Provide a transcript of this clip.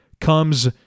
comes